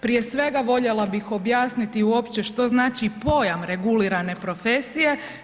Prije svega voljela bih objasniti uopće što znači pojam regulirane profesije.